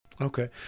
Okay